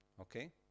Okay